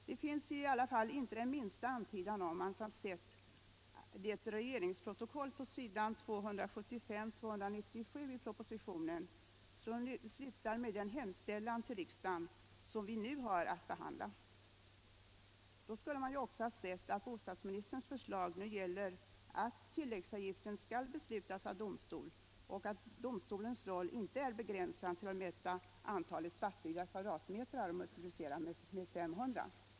Det finns i alla fall inte den minsta antydan om att man läst det regeringsprotokoll på s. 275-297 i propositionen som slutar med den . hemställan till riksdagen som vi nu har att behandla. Då skulle man ju insett att bostadsministerns förslag nu gäller att tilläggsavgiften skall beslutas av domstol och att domstolens roll inte är begränsad till att mäta antalet svartbyggda kvadratmetrar och multiplicera med 500.